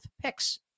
picks